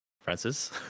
Francis